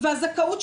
והזכאות,